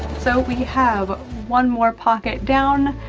so, we have one more pocket down.